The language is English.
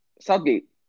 Southgate